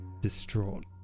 distraught